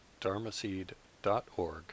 dharmaseed.org